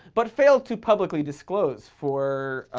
but failed to publicly disclose for.